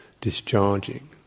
discharging